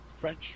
French